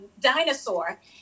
dinosaur